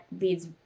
leads